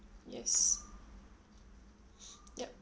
yes yup